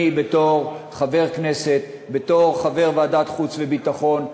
אני בתור חבר כנסת, בתור חבר ועדת חוץ וביטחון,